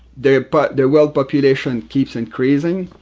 the but the world population keeps increasing,